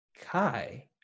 Kai